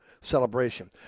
celebration